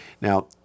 Now